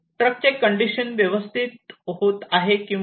ट्रकचे कंडिशन व्यवस्थित आहे किंवा नाही